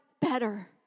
better